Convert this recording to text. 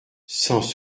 sans